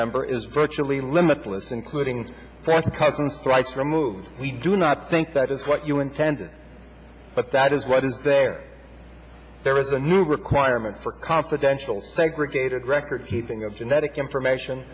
member is virtually limitless including press conference rights removed we do not think that is what you intended but that is what is there there is a new requirement for confidential segregated recordkeeping of genetic information